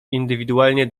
indywidualnie